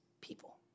people